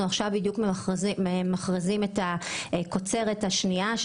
עכשיו אנחנו ממכרזים את הקוצרת השנייה.